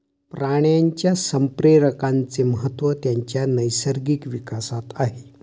प्राण्यांच्या संप्रेरकांचे महत्त्व त्यांच्या नैसर्गिक विकासात आहे